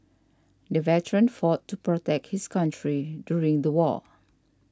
the veteran fought to protect his country during the war